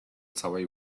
całej